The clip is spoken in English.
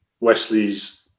wesley's